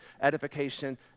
edification